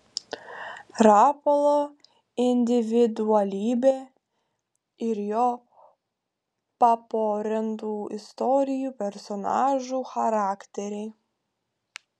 rapolo individualybė ir jo paporintų istorijų personažų charakteriai